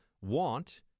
want